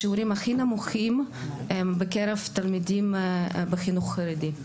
השיעורים הכי נמוכים הם בקרב תלמידים בחינוך חרדי.